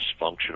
dysfunctional